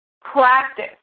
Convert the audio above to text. practice